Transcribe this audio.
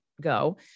go